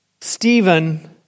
Stephen